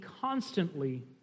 constantly